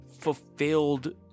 fulfilled